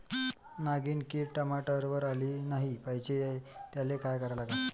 नागिन किड टमाट्यावर आली नाही पाहिजे त्याले काय करा लागन?